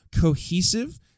cohesive